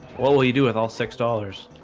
what will you do with all six dollars,